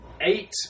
eight